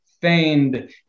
feigned